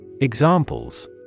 Examples